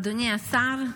אדוני השר,